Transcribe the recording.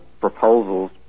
proposals